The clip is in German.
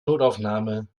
notaufnahme